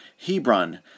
Hebron